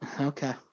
Okay